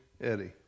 Eddie